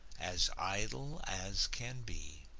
as idle as can be.